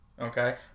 Okay